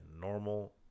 normal